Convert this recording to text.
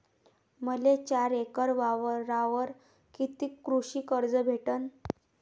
मले चार एकर वावरावर कितीक कृषी कर्ज भेटन?